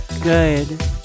good